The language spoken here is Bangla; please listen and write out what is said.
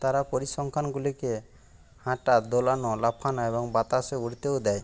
তারা পরিসংখ্যানগুলিকে হাঁটা দোলানো লাফানো এবং বাতাসে উড়তেও দেয়